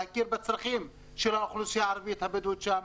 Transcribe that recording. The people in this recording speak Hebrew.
להכיר בצרכים של האוכלוסייה הערבית הבדואית שם,